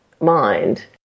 mind